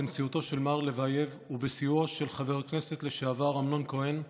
בנשיאותו של מר לבייב ובסיועו של חבר הכנסת לשעבר אמנון כהן,